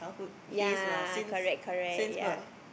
ya correct correct ya